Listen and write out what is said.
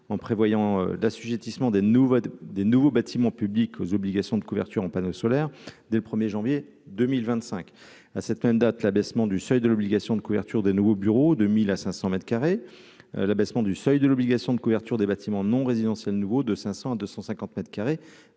en prévoyant d'assujettissement des nouveaux, des nouveaux bâtiments publics aux obligations de couverture en panneaux solaires dès le 1er janvier 2025, à cette même date, l'abaissement du seuil de l'obligation de couverture des nouveaux bureaux de 1000 à 500 mètres carrés l'abaissement du seuil de l'obligation de couverture des bâtiments non résidentiels nouveau de 500 à 250